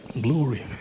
Glory